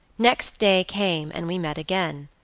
next day came and we met again.